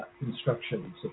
instructions